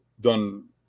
done